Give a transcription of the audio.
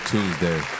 Tuesday